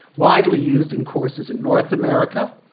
widely used in courses in north america,